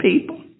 people